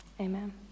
Amen